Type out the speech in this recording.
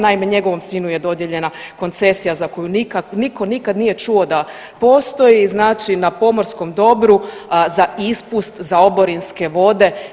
Naime, njegovom sinu je dodijeljena koncesija za koju nitko nikad nije čuo da postoji, znači na pomorskom dobru za ispust za oborinske vode.